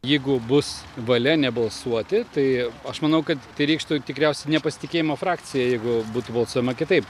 jeigu bus valia nebalsuoti tai aš manau kad tai reikštų tikriausiai nepasitikėjimą frakcija jeigu būtų balsuojama kitaip